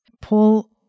pull